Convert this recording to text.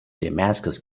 damascus